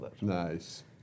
Nice